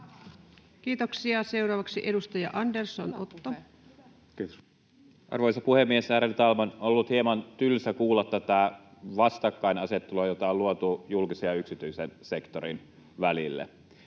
Kiitoksia. — Seuraavaksi edustaja Andersson, Otto. Arvoisa puhemies, ärade talman! On ollut hieman tylsää kuulla tätä vastakkainasettelua, jota on luotu julkisen ja yksityisen sektorin välille.